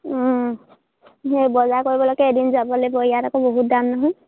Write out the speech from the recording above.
সেই বজাৰ কৰিবলৈকে এদিন যাব লাগিব ইয়াত আকৌ বহুত দাম নহয়